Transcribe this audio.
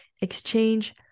Exchange